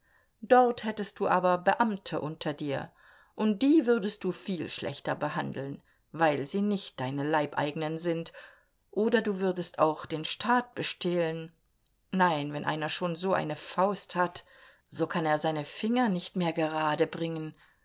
dort hättest du aber beamte unter dir und die würdest du viel schlechter behandeln weil sie nicht deine leibeigenen sind oder du würdest auch den staat bestehlen nein wenn einer schon so eine faust hat so kann er seine finger nicht mehr gerade biegen